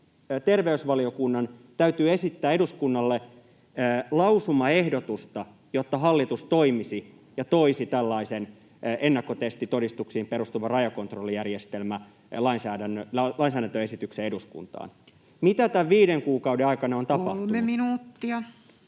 terveysvaliokunnan täytyy esittää eduskunnalle lausumaehdotusta, jotta hallitus toimisi ja toisi tällaisen ennakkotestitodistuksiin perustuvan rajakontrollijärjestelmää koskevan lainsäädäntöesityksen eduskuntaan. Kysymys: mitä tämän viiden kuukauden aikana on tapahtunut? [Puhemies: 3 minuuttia!]